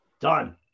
done